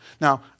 Now